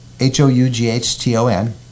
H-O-U-G-H-T-O-N